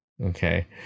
Okay